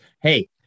hey